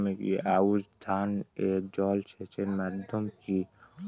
আউশ ধান এ জলসেচের মাধ্যম কি?